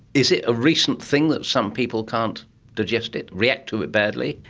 is it a recent thing that some people can't digest it, react to it badly?